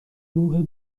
روحت